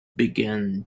began